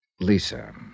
Lisa